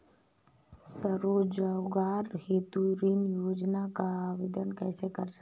स्वरोजगार हेतु ऋण योजना का आवेदन कैसे करें?